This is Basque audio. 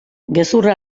gezurra